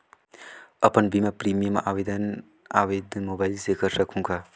अपन बीमा प्रीमियम आवेदन आवेदन मोबाइल से कर सकहुं का?